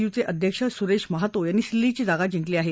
यूचे अध्यक्ष सुरेश महातो यांनी सिल्लीची जागा जिंकली आहे